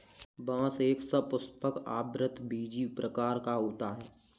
बांस एक सपुष्पक, आवृतबीजी प्रकार का पौधा है